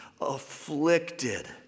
afflicted